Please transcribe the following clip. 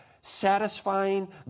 satisfying